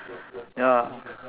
ya